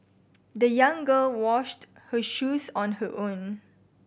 the young girl washed her shoes on her own